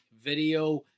video